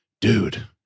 dude